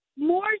More